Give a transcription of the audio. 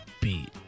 beat